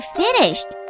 finished